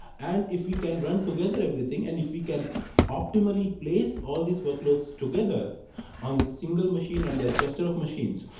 and if we can run together everything and if we can optimally place all these workloads together on the single machine and the cluster of machines,